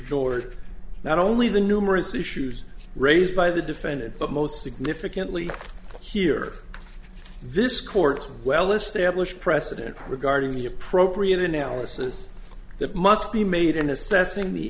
ignored not only the numerous issues raised by the defendant but most significantly here this court's well established precedent regarding the appropriate analysis that must be made in assessing the